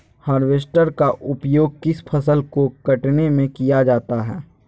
Harvester का उपयोग किस फसल को कटने में किया जाता है?